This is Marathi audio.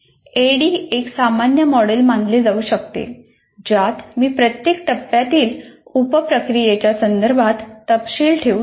ADDIE एक सामान्य मॉडेल मानले जाऊ शकते ज्यात मी प्रत्येक टप्प्यातील उप प्रक्रियेच्या संदर्भात तपशील ठेवू शकतो